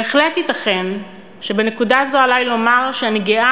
בהחלט ייתכן שבנקודה זו עלי לומר שאני גאה